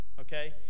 Okay